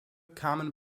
kamen